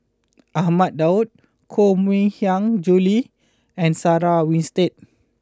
Ahmad Daud Koh Mui Hiang Julie and Sarah Winstedt